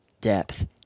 depth